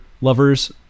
lovers